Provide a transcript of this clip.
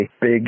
big